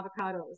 avocados